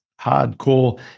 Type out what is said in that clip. hardcore